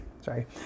sorry